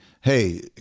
hey